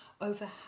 over